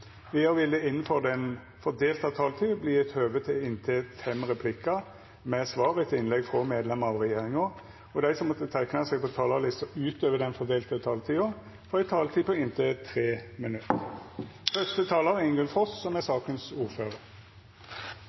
Vidare vil det – innanfor den fordelte taletida – verta gjeve høve til inntil fem replikkar med svar etter innlegg frå medlemmer av regjeringa, og dei som måtte teikna seg på talarlista utover den fordelte taletida, får ei taletid på inntil 3 minutt.